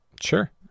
sure